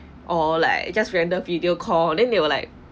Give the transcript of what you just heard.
or like just random video call then they were like